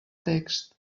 text